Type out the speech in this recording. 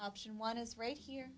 option one is right here